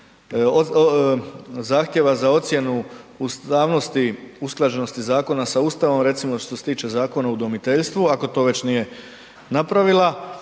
zahtjeva za ocjenu ustavnosti usklađenosti zakona sa Ustavom, recimo što se tiče Zakona o udomiteljstvu, ako to već nije napravila